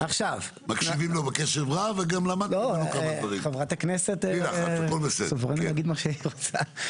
הקמה של מבנה קבע בשטחים המוגנים לא נחוצה.